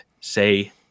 say